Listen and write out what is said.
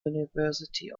university